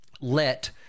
Let